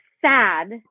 sad